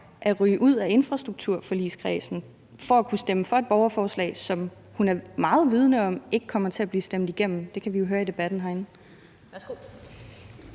at ryge ud af infrastrukturforligskredsen for at kunne stemme for et borgerforslag, som hun er meget vidende om ikke kommer til at blive stemt igennem? Det kan vi jo høre i debatten herinde.